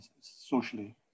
socially